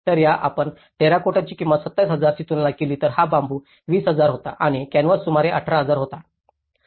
तर जर आपण टेरेकोटाची किंमत 27000 ची तुलना केली तर हा बांबू 20000 होता आणि कॅनव्हास सुमारे 18000 होता